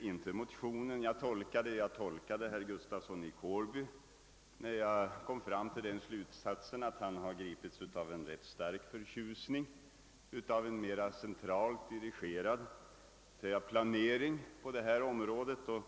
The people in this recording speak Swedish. inte motionen utan herr Gustafssons anförande jag tolkade då jag kom till slutsatsen att han gripits av stor förtjusning för en mer centralt dirigerad planering på detta område.